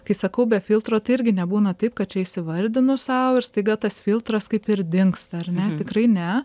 kai sakau be filtro tai irgi nebūna taip kad čia įsivardinu sau ir staiga tas filtras kaip ir dingsta ar ne tikrai ne